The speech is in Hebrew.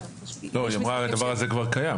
היא אמרה הדבר הזה כבר קיים,